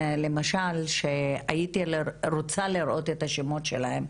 למשל שהייתי רוצה לראות את השמות שלהן.